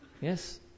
Yes